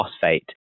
phosphate